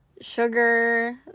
Sugar